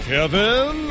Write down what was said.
Kevin